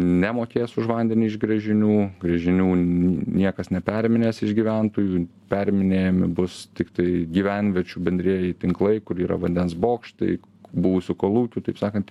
nemokės už vandenį iš gręžinių gręžinių niekas neperminės iš gyventojų perminėjami bus tiktai gyvenviečių bendrieji tinklai kur yra vandens bokštai buvusių kolūkių taip sakant